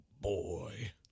Boy